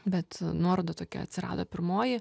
bet nuoroda tokia atsirado pirmoji